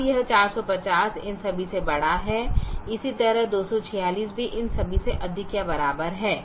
अब यह 450 इन सभी से बड़ा है इसी तरह 246 भी इन सभी से अधिक या बराबर है